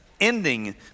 ending